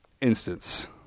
instance